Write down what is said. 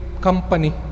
company